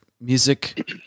music